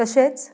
तशेंच